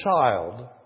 child